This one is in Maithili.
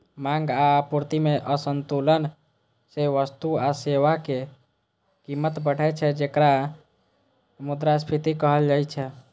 मांग आ आपूर्ति मे असंतुलन सं वस्तु आ सेवाक कीमत बढ़ै छै, जेकरा मुद्रास्फीति कहल जाइ छै